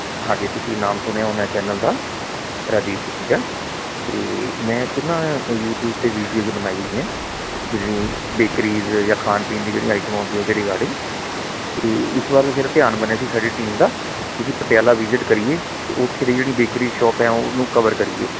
ਹਾਂਜੀ ਤੁਸੀਂ ਨਾਮ ਸੁਣਿਆ ਹੋਣਾ ਚੈਨਲ ਦਾ ਰਾਜੀਵ ਸੁਖੀਜਾ ਅਤੇ ਮੈਂ ਐਕਚੁਲੀ ਨਾ ਯੂਟਿਊਬ 'ਤੇ ਵੀਡੀਓਜ ਬਣਾਈ ਹੋਈ ਆ ਜਿਹੜੀ ਬੇਕਰੀਜ ਜਾਂ ਖਾਣ ਪੀਣ ਦੀ ਜਿਹੜੀਆਂ ਆਈਟਮ ਹੁੰਦੀਆਂ ਉਹਦੇ ਰਿਗਾਰਡਿੰਗ ਅਤੇ ਇਸ ਵਾਰ ਫਿਰ ਧਿਆਨ ਬਣਿਆ ਸੀ ਸਾਡੀ ਟੀਮ ਦਾ ਵੀ ਅਸੀਂ ਪਟਿਆਲਾ ਵਿਜਿਟ ਕਰੀਏ ਅਤੇ ਉੱਥੇ ਦੀ ਜਿਹੜੀ ਬੇਕਰੀ ਸ਼ੋਪ ਹੈ ਉਹਨੂੰ ਕਵਰ ਕਰੀਏ